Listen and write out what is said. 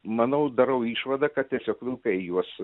manau darau išvadą kad tiesiog vilkai juos